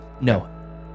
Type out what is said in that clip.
No